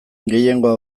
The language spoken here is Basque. gehiengoa